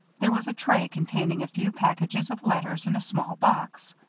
there was a tray containing a few packages of letters and a small box.